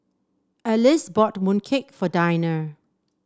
Elyse bought mooncake for Dinah